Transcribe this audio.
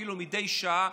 אפילו מדי שעה,